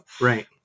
Right